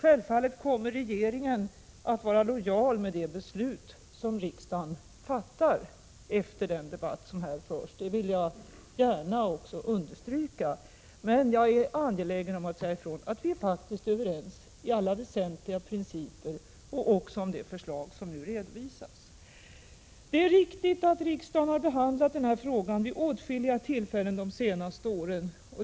Regeringen kommer självfallet att vara lojal med det beslut som riksdagen fattar efter den debatt som här förs — det vill jag gärna understryka. Men jag är angelägen om att säga ifrån att vi faktiskt är överens om alla väsentliga principer och även om det förslag som nu redovisas. Det är riktigt att riksdagen har behandlat den här frågan vid åtskilliga tillfällen under de senaste åren.